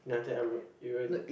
united emir~ iran